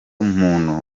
muntu